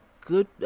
good